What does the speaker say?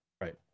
Right